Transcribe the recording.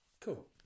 cool